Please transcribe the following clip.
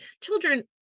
children